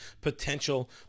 potential